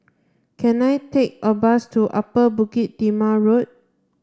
can I take a bus to Upper Bukit Timah Road